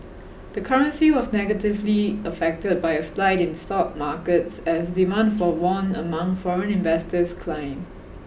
the currency was negatively affected by a slide in stock markets as demand for won among foreign investors declined